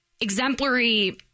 exemplary